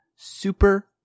Super